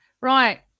Right